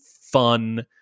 fun